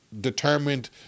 determined